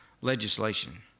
legislation